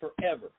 forever